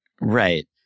Right